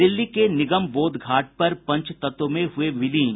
दिल्ली के निगमबोध घाट पर पंचतत्व में हुये विलीन